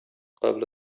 قبل